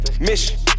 Mission